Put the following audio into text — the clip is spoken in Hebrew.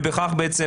ובכך בעצם